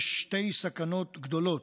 יש שתי סכנות גדולות: